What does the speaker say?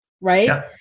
right